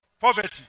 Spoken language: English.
poverty